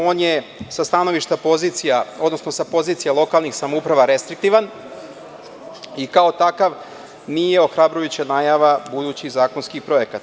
On je sa stanovišta pozicija, odnosno sa pozicija lokalnih samouprava restriktivan i kao takav nije ohrabrujuća najava budućih zakonskih projekata.